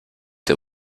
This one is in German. der